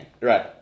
Right